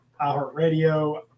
iHeartRadio